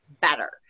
better